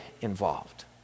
involved